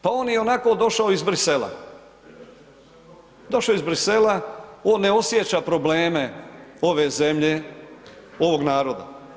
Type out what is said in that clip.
Pa on je ionako došao iz Bruxellesa, došao iz Bruxellesa, on ne osjeća probleme ove zemlje, ovog naroda.